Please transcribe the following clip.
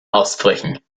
ausbrüchen